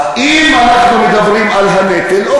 אז אם אנחנו מדברים על הנטל,